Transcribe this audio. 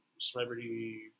celebrity